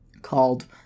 called